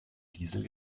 diesel